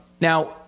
Now